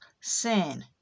sin